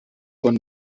von